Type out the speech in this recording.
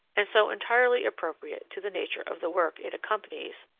and so entirely appropriate to the nature of the work it accompanies,